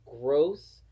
growth